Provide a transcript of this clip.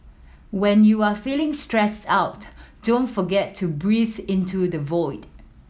when you are feeling stressed out don't forget to breathe into the void